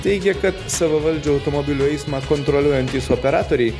teigia kad savavaldžių automobilių eismą kontroliuojantys operatoriai